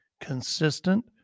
Consistent